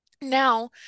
Now